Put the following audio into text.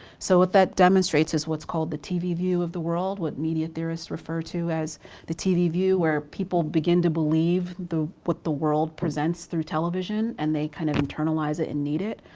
so what that demonstrates is what's called the tv view of the world what media theorists refer to as the tv view, where people begin to believe what the world presents through television and they kind of internalize it and need it.